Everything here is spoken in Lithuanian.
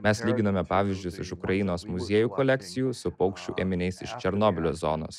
mes lyginome pavyzdžius iš ukrainos muziejų kolekcijų su paukščių ėminiais iš černobylio zonos